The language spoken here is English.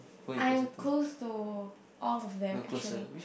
I am close to all of them actually